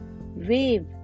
wave